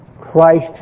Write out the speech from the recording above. Christ